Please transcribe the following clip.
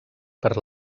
per